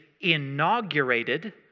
inaugurated